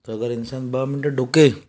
त अगरि इंसान ॿ मिंट ॾुके